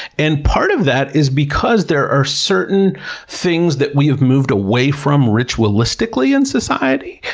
and part of that is because there are certain things that we've moved away from, ritualistically, in society.